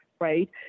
right